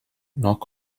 knock